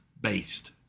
based